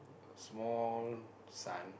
small son